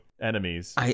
enemies